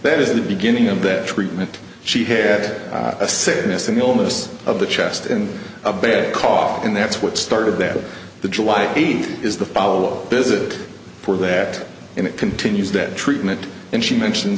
that is the beginning of that treatment she had a sickness an illness of the chest and a bad cough and that's what started that in the july eighth is the follow up visit for that and it continues that treatment and she mention